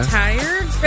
tired